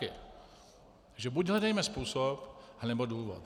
Takže buď hledejme způsob, anebo důvod.